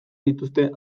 dituzte